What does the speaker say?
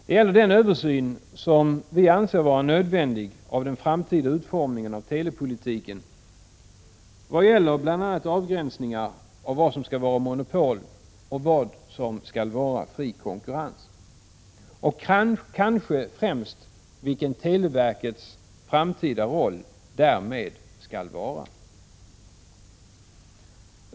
Det gäller den översyn som vi anser vara nödvändig för den framtida utformningen av telepolitiken, bl.a. vad gäller avgränsning mellan monopolverksamhet och konkurrensutsatt verksamhet men kanske främst vad gäller televerkets framtida roll.